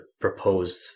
proposed